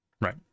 Right